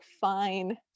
fine